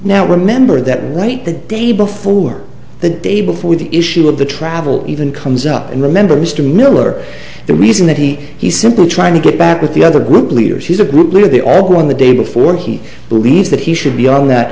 now remember that right the day before the day before the issue of the travel even comes up and remember mr miller the reason that he he's simply trying to get back with the other group leaders he's a group leader they are born the day before he believes that he should be on that